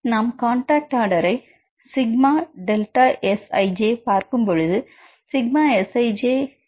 நாம் காண்டாக்ட் ஆர்டரை ΣΔSij பார்க்கும் பொழுது ΔSij சீக்வென்ஸ் செபரேஷன்